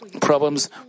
problems